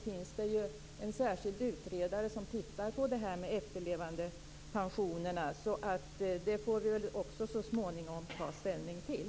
finns en särskild utredare som tittar på änkepensionerna och efterlevandepensionerna. Det får vi väl också så småningom ta ställning till.